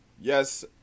Yes